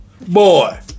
Boy